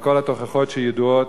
כל התוכחות שידועות,